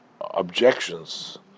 objections